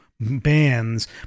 bands